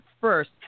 first